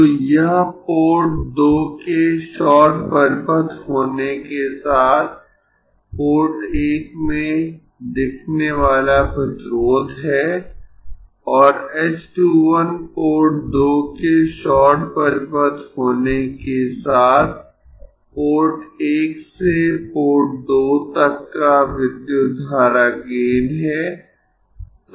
तो यह पोर्ट 2 के शॉर्ट परिपथ होने के साथ पोर्ट 1 में दिखने वाला प्रतिरोध है और h 2 1 पोर्ट 2 के शॉर्ट परिपथ होने के साथ पोर्ट 1 से पोर्ट 2 तक का विद्युत धारा गेन है